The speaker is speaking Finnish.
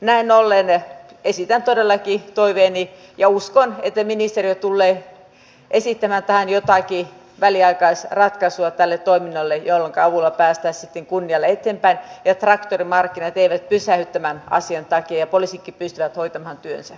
näin ollen esitän todellakin toiveeni ja uskon että ministeriö tulee esittämään tälle toiminnalle jotakin väliaikaisratkaisua jonka avulla päästään sitten kunnialla eteenpäin ja traktorimarkkinat eivät pysähdy tämän asian takia ja poliisitkin pystyvät hoitamaan työnsä